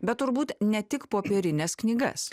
bet turbūt ne tik popierines knygas